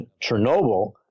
Chernobyl